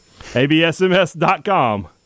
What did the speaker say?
absms.com